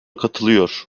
katılıyor